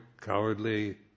cowardly